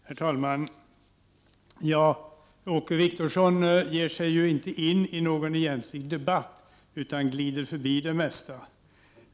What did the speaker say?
Herr talman! Åke Wictorsson ger sig ju inte in i någon egentlig debatt utan glider förbi det mesta.